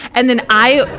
and then i,